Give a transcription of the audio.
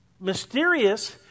mysterious